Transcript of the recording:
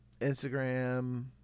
Instagram